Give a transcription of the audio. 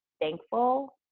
thankful